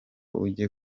ujye